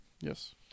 Yes